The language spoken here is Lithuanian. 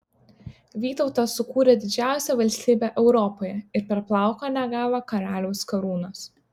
vytautas sukūrė didžiausią valstybę europoje ir per plauką negavo karaliaus karūnos